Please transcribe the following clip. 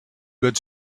good